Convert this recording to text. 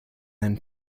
then